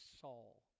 Saul